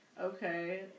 okay